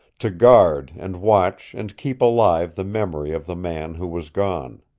to guard and watch and keep alive the memory of the man who was gone.